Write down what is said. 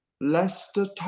Leicester